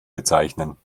bezeichnen